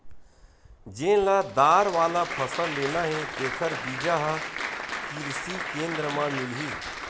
जेन ल दार वाला फसल लेना हे तेखर बीजा ह किरसी केंद्र म मिलही